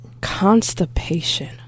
Constipation